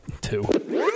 two